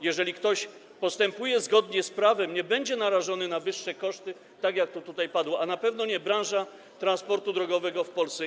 Jeżeli ktoś postępuje zgodnie z prawem, nie będzie narażony na wyższe koszty, tak jak to tutaj padło, a na pewno nie w branży transportu drogowego w Polsce.